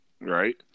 Right